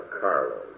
Carlos